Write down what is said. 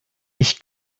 ich